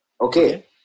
Okay